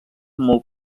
molt